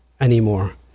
anymore